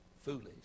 foolish